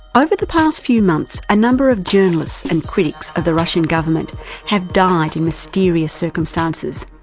ah over the past few months a number of journalists and critics of the russian government have died in mysterious circumstances.